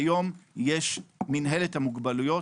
היום יש מינהלת המוגבלויות.